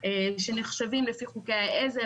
שנחשבים לפי חוקי העזר,